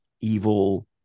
evil